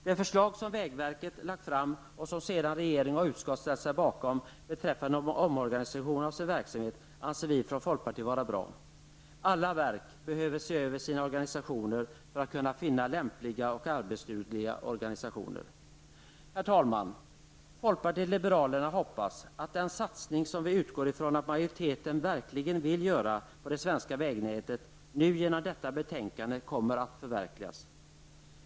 Det förslag som vägverket lagt fram och som sedan regering och utskott ställt sig bakom beträffande en omorganisation av sin verksamhet, anser vi från folkpartiet vara bra. Alla verk behöver se över sina verksamheter för att kunna finna lämpliga och arbetsdugliga organisationer. Herr talman! Folkpartiet liberalerna hoppas att den satsning som vi utgår ifrån att majoriteten verkligen vill göra på det svenska vägnätet nu genom detta betänkande kommer att förverkligas.